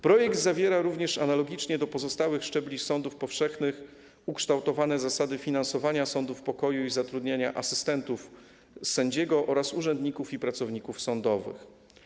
Projekt zawiera również ukształtowane analogicznie do pozostałych szczebli sądów powszechnych zasady finansowania sądów pokoju i zatrudniania asystentów sędziego oraz urzędników i pracowników sądowych.